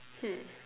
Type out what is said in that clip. hmm